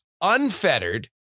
unfettered